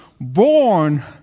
born